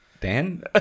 Dan